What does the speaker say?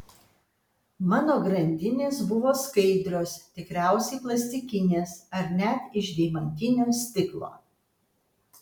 mano grandinės buvo skaidrios tikriausiai plastikinės ar net iš deimantinio stiklo